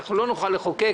אנחנו לא נוכל לחוקק